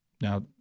Now